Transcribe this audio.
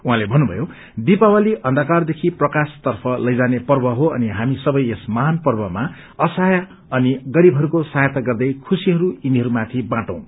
उहाँले भन्नुभयो दीपावली अन्धकारदेखि प्रकाश तफ लैजाने पर्व हो अनि हामी सबै यस महान पर्वमा असहाय अनि गरीबहरूको सहायता गर्दै खुशीहरू यिनीहरूमाथि बाटौं